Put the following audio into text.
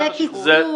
זה קיצור.